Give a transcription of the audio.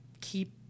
keep